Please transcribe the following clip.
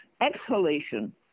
exhalation